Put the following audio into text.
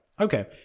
Okay